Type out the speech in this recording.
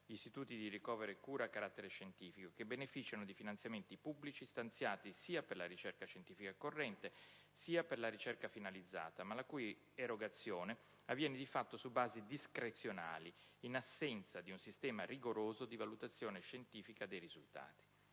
Istituti di ricovero e cura a carattere scientifico (Irccs) che beneficiano di finanziamenti pubblici stanziati sia per la ricerca scientifica corrente, sia per la ricerca finalizzata, ma la cui erogazione avviene di fatto su basi discrezionali in assenza di un sistema rigoroso di valutazione scientifica dei risultati;